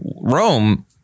Rome